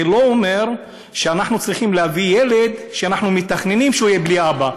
זה לא אומר שאנחנו צריכים להביא ילד שאנחנו מתכננים שהוא יהיה בלי אבא.